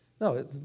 no